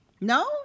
No